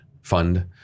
fund